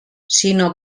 sinó